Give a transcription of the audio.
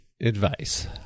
advice